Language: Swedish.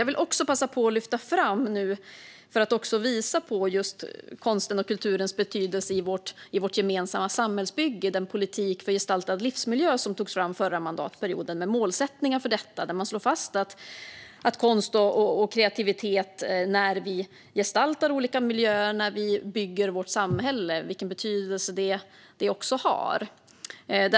För att visa på konstens och kulturens betydelse i vårt gemensamma samhällsbygge vill jag också passa på att lyfta fram den politik för gestaltad livsmiljö som togs fram under den förra mandatperioden, med målsättningar för detta. Där slår man fast vilken betydelse konst och kreativitet har när vi gestaltar olika miljöer och bygger vårt samhälle.